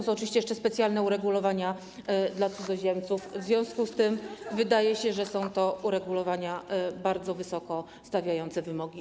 Oczywiście są tam jeszcze specjalne uregulowania dla cudzoziemców, w związku z tym wydaje się, że są to uregulowania bardzo wysoko stawiające wymogi.